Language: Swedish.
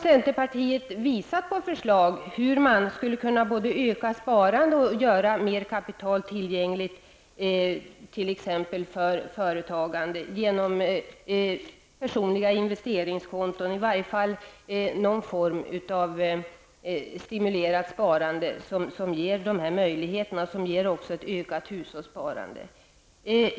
Centerpartiet har ju föreslagit hur man skulle kunna både öka sparande och göra mer kapital tillgängligt för t.ex. företagande genom personliga investeringskonton eller någon form av stimulerat sparande som ger dessa möjligheter och som dessutom ger ett ökat hushållssparande.